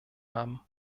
haben